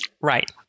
Right